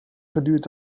geduurd